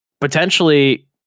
potentially